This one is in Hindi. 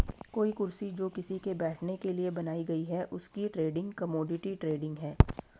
कोई कुर्सी जो किसी के बैठने के लिए बनाई गयी है उसकी ट्रेडिंग कमोडिटी ट्रेडिंग है